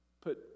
put